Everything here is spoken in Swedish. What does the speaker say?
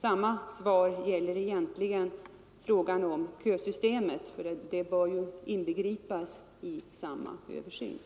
Samma svar gäller egentligen frågan om kösystemet. Det bör ju innefattas i samma Översyn.